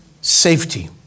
safety